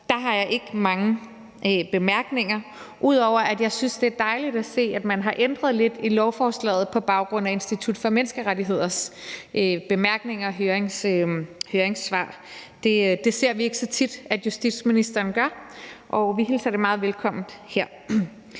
der har jeg ikke mange bemærkninger, ud over at jeg synes, det er dejligt at se, at man har ændret lidt i lovforslaget på baggrund af Institut for Menneskerettigheders bemærkninger og høringssvar. Det ser vi ikke så tit at justitsministeren gør, og vi hilser det meget velkommen her.